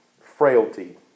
frailty